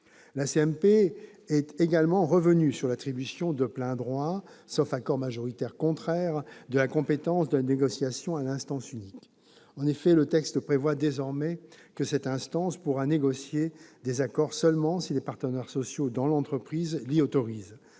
La CMP est également revenue sur l'attribution de plein droit, sauf accord majoritaire contraire, de la compétence de négociation à l'instance unique. En effet, le texte prévoit désormais que cette instance pourra négocier des accords seulement si les partenaires sociaux dans l'entreprise l'y autorisent.